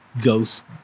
ghost